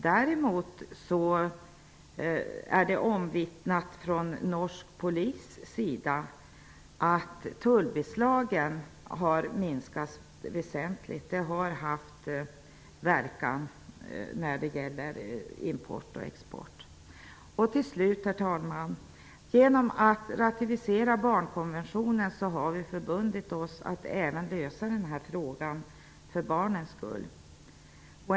Däremot är det omvittnat från norsk polis att tullbeslagen minskat väsentligt. Det har alltså haft verkan när det gäller import och export. Genom att ratificera barnkonventionen har vi förbundit oss att lösa frågan för barnens skull.